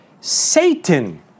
Satan